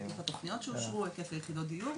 היקף התוכניות שאושרו והיקף יחידות הדיור.